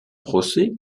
procès